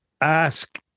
ask